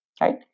right